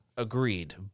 Agreed